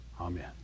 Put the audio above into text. Amen